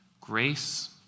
grace